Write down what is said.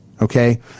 okay